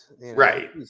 Right